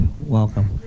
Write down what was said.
Welcome